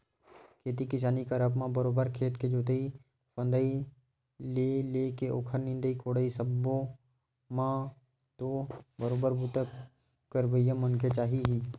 खेती किसानी करब म बरोबर खेत के जोंतई फंदई ले लेके ओखर निंदई कोड़ई सब्बो म तो बरोबर बूता करइया मनखे चाही ही